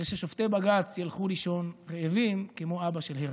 וששופטי בג"ץ ילכו לישון רעבים כמו אבא של הרשל'ה.